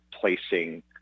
placing